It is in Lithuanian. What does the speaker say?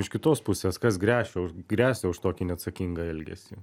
iš kitos pusės kas gresia už gresia už tokį neatsakingą elgesį